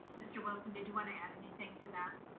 mr. wilson, did you wanna add anything to that?